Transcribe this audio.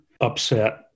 upset